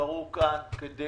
שקרו כאן כדי